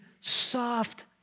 soft